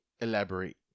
elaborate